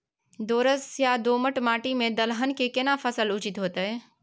दोरस या दोमट माटी में दलहन के केना फसल उचित होतै?